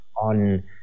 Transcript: on